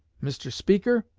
mr. speaker,